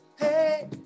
Hey